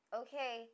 okay